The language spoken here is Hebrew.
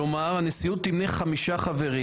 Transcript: כלומר, הנשיאות תמנה חמישה חברים